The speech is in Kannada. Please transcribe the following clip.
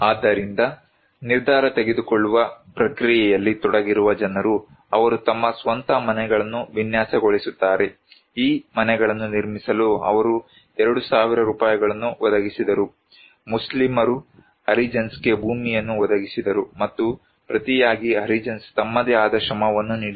ಆದ್ದರಿಂದನಿರ್ಧಾರ ತೆಗೆದುಕೊಳ್ಳುವ ಪ್ರಕ್ರಿಯೆಯಲ್ಲಿ ತೊಡಗಿರುವ ಜನರು ಅವರು ತಮ್ಮ ಸ್ವಂತ ಮನೆಗಳನ್ನು ವಿನ್ಯಾಸಗೊಳಿಸುತ್ತಾರೆ ಈ ಮನೆಗಳನ್ನು ನಿರ್ಮಿಸಲು ಅವರು 2000 ರೂಪಾಯಿಗಳನ್ನು ಒದಗಿಸಿದರು ಮುಸ್ಲಿಮರು ಹರಿಜನ್ಸ್ಗೆ ಭೂಮಿಯನ್ನು ಒದಗಿಸಿದರು ಮತ್ತು ಪ್ರತಿಯಾಗಿ ಹರಿಜನ್ಸ್ ತಮ್ಮದೇ ಆದ ಶ್ರಮವನ್ನು ನೀಡಿದರು